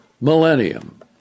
millennium